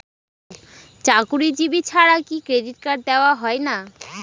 চাকুরীজীবি ছাড়া কি ক্রেডিট কার্ড দেওয়া হয় না?